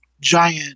giant